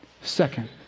Second